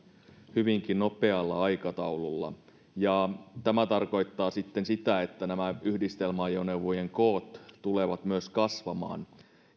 hyvinkin nopealla aikataululla ja tämä tarkoittaa sitten sitä että yhdistelmäajoneuvojen koot tulevat myös kasvamaan